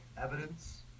evidence